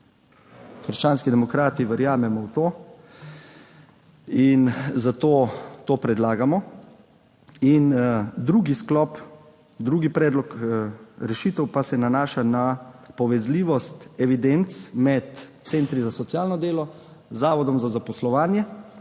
Krščanski demokrati verjamemo v to in zato to predlagamo. Drugi sklop, drugi predlog rešitev pa se nanaša na povezljivost evidenc med centri za socialno delo, zavodom za zaposlovanje